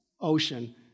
ocean